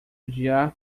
odiar